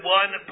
one